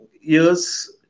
years